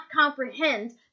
comprehend